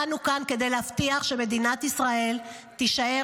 אנו כאן כדי להבטיח שמדינת ישראל תישאר